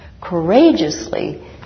Courageously